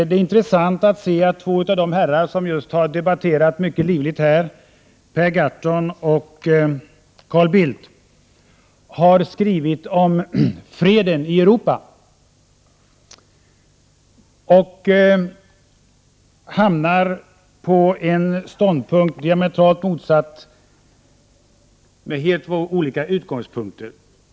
Det är intressant att se att två av de herrar som just har debatterat mycket livligt här, Per Gahrton och Carl Bildt, har skrivit om freden i Europa och kommit till diametralt motsatta slutsatser.